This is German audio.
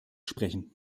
sprechen